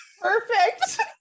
Perfect